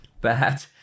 bad